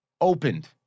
opened